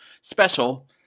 special